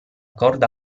corda